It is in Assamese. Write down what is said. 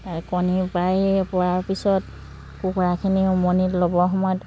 কণী পাৰি পোৱাৰ পিছত কুকুৰাখিনি উমনি ল'বৰ সময়ত